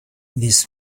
this